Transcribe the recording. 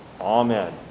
amen